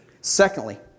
Secondly